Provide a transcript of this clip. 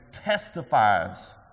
testifies